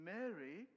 Mary